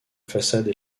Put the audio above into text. façade